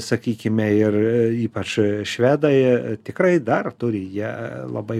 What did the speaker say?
sakykime ir ypač švedai tikrai dar turi jie labai